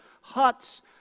huts